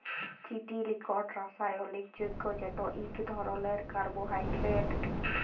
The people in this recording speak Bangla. চিটিল ইকট রাসায়লিক যগ্য যেট ইক ধরলের কার্বোহাইড্রেট